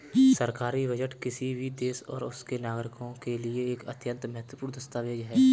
सरकारी बजट किसी भी देश और उसके नागरिकों के लिए एक अत्यंत महत्वपूर्ण दस्तावेज है